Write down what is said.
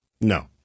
no